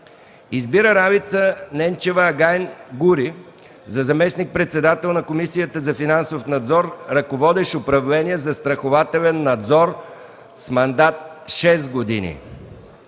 Избира Ралица Ненчева Агайн-Гури за заместник-председател на Комисията за финансов надзор, ръководещ управление „Застрахователен надзор”, с мандат 6 години.